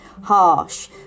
harsh